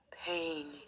Pain